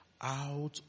Out